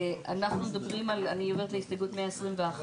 אנחנו מדלגים על סעיף (20)